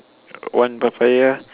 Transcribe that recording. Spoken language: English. one Papaya